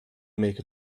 make